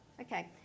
Okay